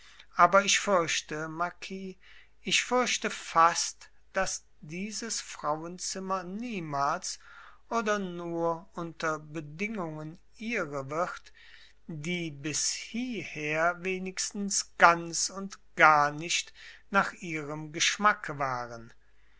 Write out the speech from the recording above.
aber ich fürchte marquis ich fürchte fast daß dieses frauenzimmer niemals oder nur unter bedingungen ihre wird die bis hieher wenigstens ganz und gar nicht nach ihrem geschmacke waren